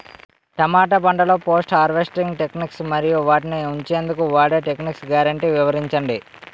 టమాటా పంటలో post harvest techniques మరియు వాటిని ఉంచెందుకు వాడే టెక్నిక్స్ గ్యారంటీ వివరించండి?